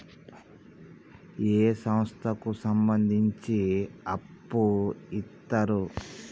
ఏ సంస్థలకు సంబంధించి అప్పు ఇత్తరు?